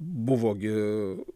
buvo gi